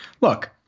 look